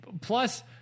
Plus